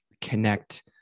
connect